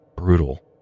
brutal